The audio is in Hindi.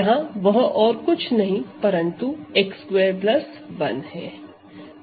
यहां वह और कुछ नहीं परंतु x2 1 है